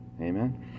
Amen